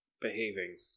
behaving